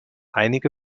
einige